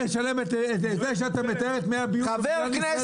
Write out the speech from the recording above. מי שמשלם את זה שאתה מטהר את מי הביוב זה החקלאים.